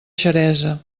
xeresa